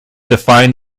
define